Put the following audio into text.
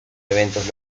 eventos